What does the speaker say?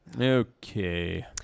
Okay